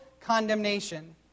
condemnation